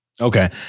Okay